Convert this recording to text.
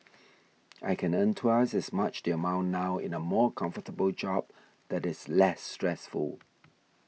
I can earn twice as much the amount now in a more comfortable job that is less stressful